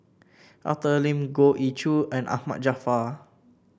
Arthur Lim Goh Ee Choo and Ahmad Jaafar